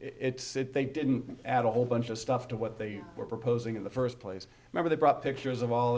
it they didn't add a whole bunch of stuff to what they were proposing in the first place remember they brought pictures of all